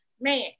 Man